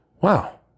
Wow